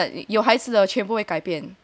真的真的有孩子的全部会改变